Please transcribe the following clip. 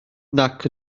nac